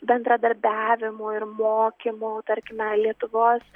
bendradarbiavimų ir mokymų tarkime lietuvos